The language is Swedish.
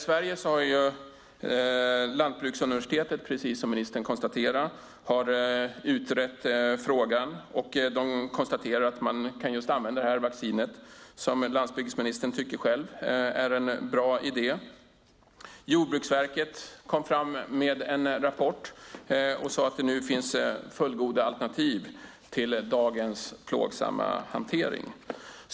Sveriges lantbruksuniversitet har utrett frågan och konstaterar att man kan använda vaccinet, vilket landsbygdsministern själv tycker är en bra idé. I en rapport säger Jordbruksverket att det finns fullgoda alternativ till dagens plågsamma hantering.